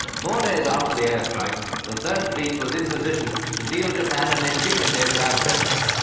four days after the airstrikes, the third fleet was in position to deal japan an indignity without precedent.